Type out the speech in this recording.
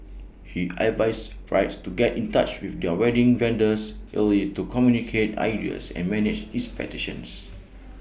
he advises brides to get in touch with their wedding vendors early to communicate ideas and manage expectations